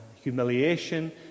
humiliation